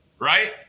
right